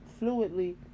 fluidly